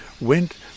went